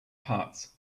parts